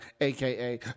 aka